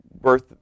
birth